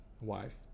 wife